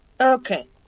Okay